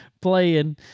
playing